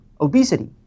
obesity